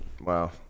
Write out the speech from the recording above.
Wow